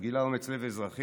הוא גילה אומץ לב אזרחי,